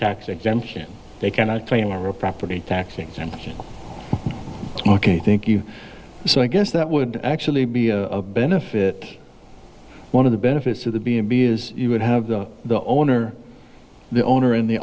tax exemption they cannot claim a real property tax exemption ok thank you so i guess that would actually be a benefit one of the benefits of the b and b is you would have the the owner the owner and the